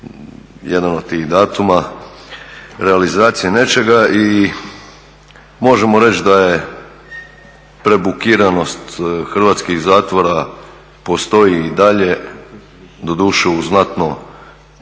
jedan od tih datuma realizacije nečega. I možemo reći da prebukiranost hrvatskih zatvora postoji i dalje, doduše u znatno